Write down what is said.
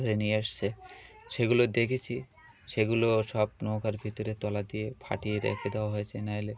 ধরে নিয়ে এসেছে সেগুলো দেখেছি সেগুলো সব নৌকার ভিতরে তলা দিয়ে ফাটিয়ে রেখে দেওয়া হয়েছে নাইলে